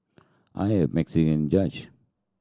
I have Mexican judge